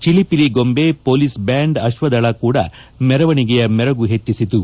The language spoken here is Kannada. ಚಿಲಿಪಿಲಿ ಗೊಂಬೆ ಪೊಲೀಸ್ ಬ್ಲಾಂಡ್ ಅಕ್ಷದಳ ಕೂಡ ಮೆರವಣಿಗೆಯ ಮೆರಗು ಹೆಚ್ಚಿಸಿತು